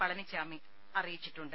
പളനി സ്വാമി അറിയിച്ചിട്ടുണ്ട്